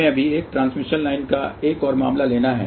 हमें अभी एक ट्रांसमिशन लाइन का एक और मामला लेना है